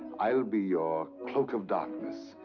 i'll be your cloak of darkness,